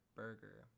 burger